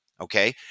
Okay